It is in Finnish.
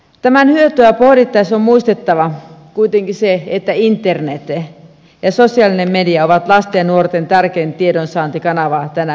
tämän hyötyä pohdittaessa on muistettava kuitenkin se että internet ja sosiaalinen media ovat lasten ja nuorten tärkein tiedonsaantikanava tänä päivänä